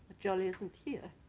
jolly isn't here